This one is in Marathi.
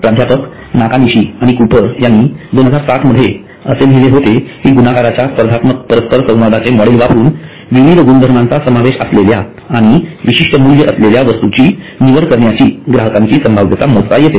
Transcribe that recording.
प्राध्यापक नाकानिशी आणि कूपर यांनी 2007 मध्ये असे लिहिले होते की गुणाकाराच्या स्पर्धात्मक परस्पर संवादाचे मॉडेल वापरून विविध गुणधर्माचा समावेश असलेल्या आणि विशिष्ठ मूल्य असलेल्या वस्तूची निवड करण्याची ग्राहकांची संभाव्यता मोजता येते